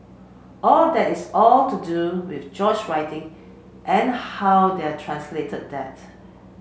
all that is all to do with George writing and how they are translated that